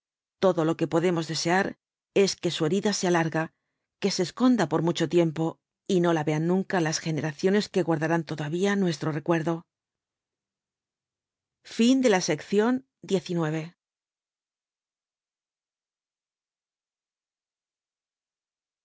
todo lo que podemos desear es que su herida sea larga que se es conda por mucho tiempo y no la vean nunca las generaciones que guardarán todavía nuestro recuerdo iii la